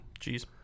Jeez